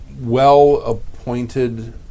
Well-appointed